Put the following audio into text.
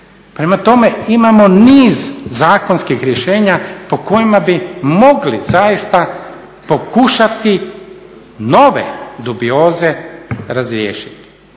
Prema tome imamo niz zakonskih rješenja po kojima bi mogli zaista pokušati nove dubioze razriješiti.